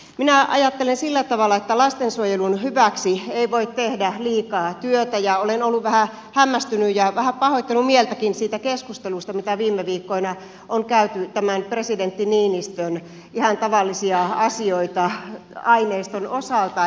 minä ajattelen sillä tavalla että lastensuojelun hyväksi ei voi tehdä liikaa työtä ja olen ollut vähän hämmästynyt ja vähän pahoittanut mieltäkin siitä keskustelusta mitä viime viikkoina on käyty tämän presidentti niinistön ihan tavallisia asioita aineiston osalta